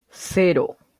cero